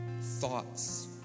thoughts